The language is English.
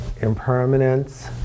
impermanence